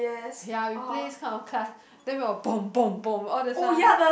ya we play this kind of class then we will bomb bomb bomb all the sud~